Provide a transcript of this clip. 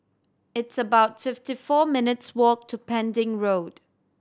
it's about fifty four minutes' walk to Pending Road